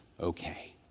okay